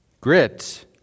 Grit